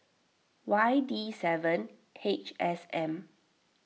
Y D seven H S M